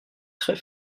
très